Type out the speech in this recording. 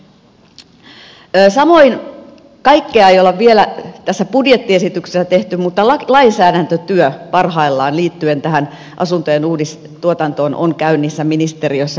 samoin kaikkea ei ole vielä tässä budjettiesityksessä tehty mutta lainsäädäntötyö parhaillaan liittyen tähän asuntojen uudistuotantoon on käynnissä ministeriössä